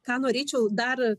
ką norėčiau dar